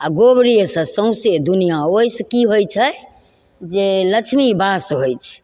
आओर गोबरेसँ सौंसे दुनिआँ ओइसँ की होइ छै जे लक्ष्मी बास होइ छै